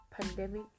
pandemic